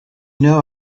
know